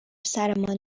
سرمان